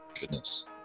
goodness